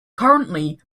currently